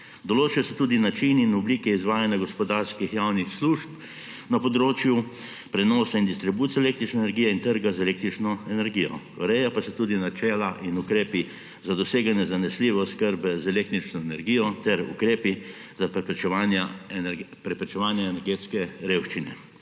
Določajo se tudi načini in oblike izvajanja gospodarskih javnih služb na področju prenosa in distribucije električne energije in trga z električno energijo. Urejajo pa se tudi načela in ukrepi za doseganje zanesljive oskrbe z električno energijo ter ukrepi za preprečevanje energetske revščine.